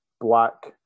black